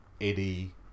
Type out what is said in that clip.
Eddie